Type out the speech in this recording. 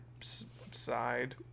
side